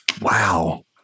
Wow